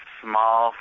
small